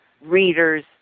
readers